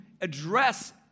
address